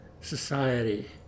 society